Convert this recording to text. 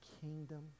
kingdom